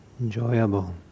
enjoyable